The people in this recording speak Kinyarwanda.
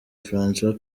françois